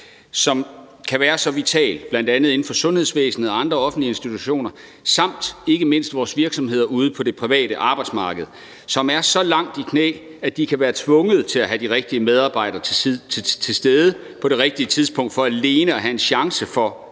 som kan være så vital, bl.a. inden for sundhedsvæsenet og andre offentlige institutioner samt ikke mindst i vores virksomheder ude på det private arbejdsmarked, som er så langt nede i knæ, at de kan være tvunget til at have de rigtige medarbejdere til stede på det rigtige tidspunkt for alene at have en chance for at overleve